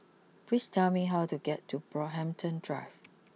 please tell me how to get to Brockhampton Drive